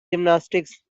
gymnastics